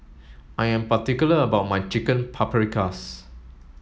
I am particular about my Chicken Paprikas